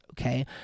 okay